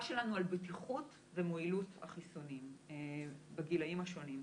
שלנו על בטיחות ומועילות החיסונים בגילאים השונים.